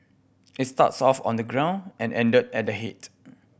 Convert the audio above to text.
it starts off on the ground and ended at the head